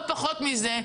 לא פחות מזה.